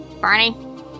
Barney